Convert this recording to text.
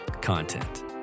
content